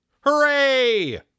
Hooray